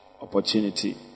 opportunity